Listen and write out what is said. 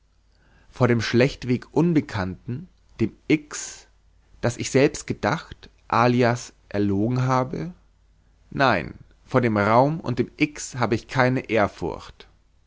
vor dem schlechtweg unbekannten dem x das ich selbst gedacht alias erlogen habe nein vor dem raum und dem x habe ich keine ehrfurcht